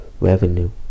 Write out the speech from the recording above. revenue